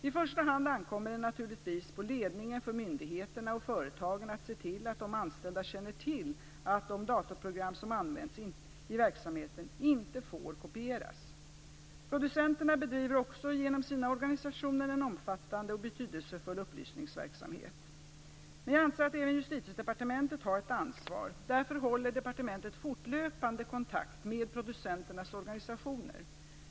I första hand ankommer det naturligtvis på ledningen för myndigheterna och företagen att se till att de anställda känner till att de datorprogram som används i verksamheten inte får kopieras. Producenterna bedriver också genom sina organisationer en omfattande och betydelsefull upplysningsverksamhet. Men jag anser att även Justitiedepartementet har ett ansvar. Därför håller man inom departementet fortlöpande kontakt med producenternas organisationer.